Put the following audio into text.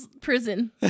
Prison